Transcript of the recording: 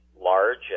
large